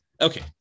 Okay